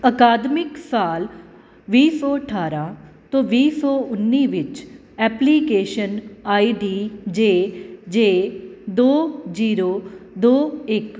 ਅਕਾਦਮਿਕ ਸਾਲ ਵੀਹ ਸੌ ਅਠਾਰ੍ਹਾਂ ਤੋਂ ਵੀਹ ਸੌ ਉੱਨੀ ਵਿੱਚ application I D J J ਦੋ ਜੀਰੋ ਦੋ ਇੱਕ